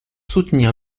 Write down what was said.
soutenir